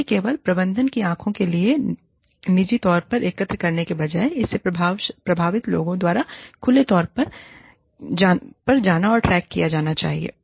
इसे केवल प्रबंधन की आंखों के लिए निजी तौर पर एकत्र करने के बजाय इससे प्रभावित लोगों द्वारा खुले तौर पर जाना और ट्रैक किया जाना चाहिए